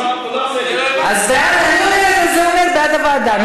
אז זה אומר בעד ועדה.